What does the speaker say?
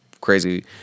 crazy